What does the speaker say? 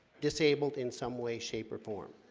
disabled in some way shape or form